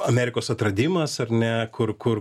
amerikos atradimas ar ne kur kur